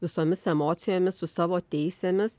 visomis emocijomis su savo teisėmis